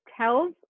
tells